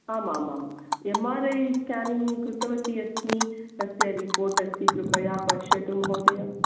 आमामाम् M R I scanning कृतवती अस्मि तस्य रिपोर्ट् अस्ति कृपया पश्यतु महोदय